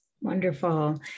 Wonderful